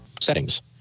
Settings